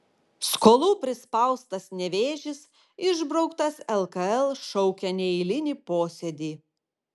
skolų prispaustas nevėžis išbrauktas lkl šaukia neeilinį posėdį